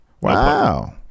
wow